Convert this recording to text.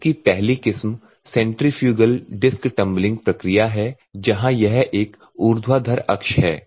इस की पहली किस्म सेंट्रीफ्यूगल डिस्क टंबलिंग प्रक्रिया है जहां यह एक ऊर्ध्वाधर अक्ष है